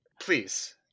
Please